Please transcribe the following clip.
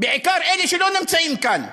בעיקר אלה שלא נמצאים כאן.